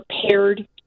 prepared